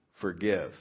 forgive